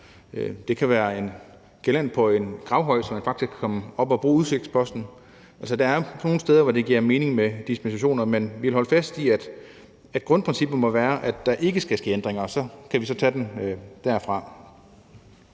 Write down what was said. der kan jo være et gelænder på en gravhøj, så man faktisk kan komme op og bruge udsigtsposten – altså, der er nogle steder, hvor det giver mening med dispensation, men vi vil holde fast i, at grundprincippet må være, at der ikke skal ske ændringer, og så kan vi tage den derfra.